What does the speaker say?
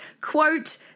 quote